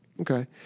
Okay